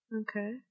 okay